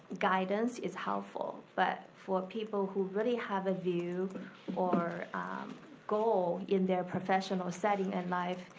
guidance is helpful. but for people who really have a view or goal in their professional setting in life,